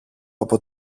από